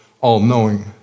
all-knowing